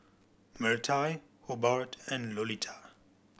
Mirtie Hobart and Lolita